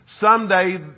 Someday